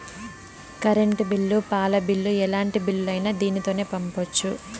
current bill పాల bill ఎలాంటి బిల్లులైనా దీనితోనే పంపొచ్చు